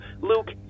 Luke